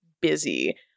busy